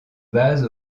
base